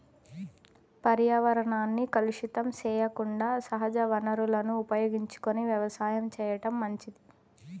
పర్యావరణాన్ని కలుషితం సెయ్యకుండా సహజ వనరులను ఉపయోగించుకొని వ్యవసాయం చేయటం మంచిది